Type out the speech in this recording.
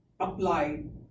applied